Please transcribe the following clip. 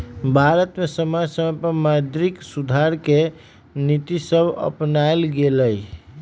भारत में समय समय पर मौद्रिक सुधार के नीतिसभ अपानाएल गेलइ